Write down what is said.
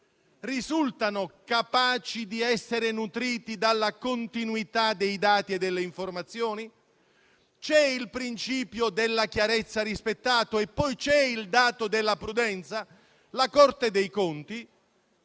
Risultano capaci di essere nutriti dalla continuità dei dati e delle informazioni? C'è il rispetto del principio della chiarezza? E poi c'è il dato della prudenza? La Corte dei conti